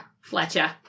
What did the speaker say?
Fletcher